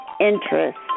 interest